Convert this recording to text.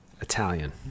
Italian